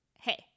Hey